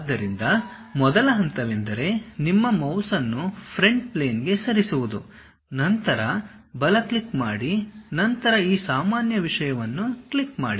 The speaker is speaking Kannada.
ಆದ್ದರಿಂದ ಮೊದಲ ಹಂತವೆಂದರೆ ನಿಮ್ಮ ಮೌಸ್ ಅನ್ನು ಫ್ರಂಟ್ ಪ್ಲೇನ್ಗೆ ಸರಿಸುವುದು ನಂತರ ಬಲ ಕ್ಲಿಕ್ ಮಾಡಿ ನಂತರ ಈ ಸಾಮಾನ್ಯ ವಿಷಯವನ್ನು ಕ್ಲಿಕ್ ಮಾಡಿ